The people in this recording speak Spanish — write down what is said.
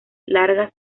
largas